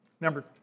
Number